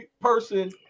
person